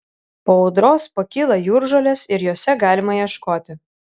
po audros pakyla jūržolės ir jose galima ieškoti